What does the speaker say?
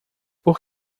por